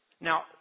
Now